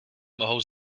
mohou